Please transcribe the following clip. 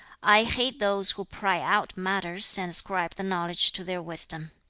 i hate those who pry out matters, and ascribe the knowledge to their wisdom.